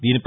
దీనిపై